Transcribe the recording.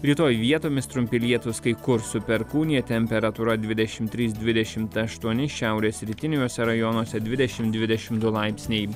rytoj vietomis trumpi lietūs kai kur su perkūnija temperatūra dvidešim trys dvidešimt aštuoni šiaurės rytiniuose rajonuose dvidešim dvidešim du laipsniai